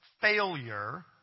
failure